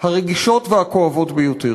הרגישות והכואבות ביותר.